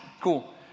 Cool